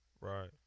Right